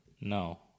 No